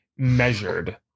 measured